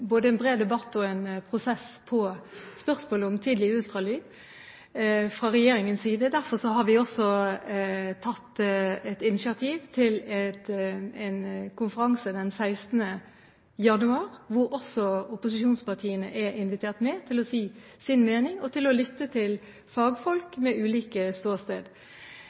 både en bred debatt og en prosess når det gjelder spørsmålet om tidlig ultralyd. Derfor har vi også tatt initiativ til en konferanse den 16. januar, hvor også opposisjonspartiene er invitert til å si sin mening og lytte til fagfolk med ulikt ståsted.